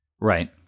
right